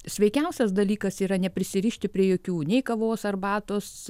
sveikiausias dalykas yra neprisirišti prie jokių nei kavos arbatos